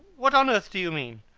what on earth do you mean?